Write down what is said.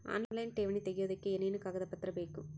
Online ಠೇವಣಿ ತೆಗಿಯೋದಕ್ಕೆ ಏನೇನು ಕಾಗದಪತ್ರ ಬೇಕು?